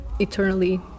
eternally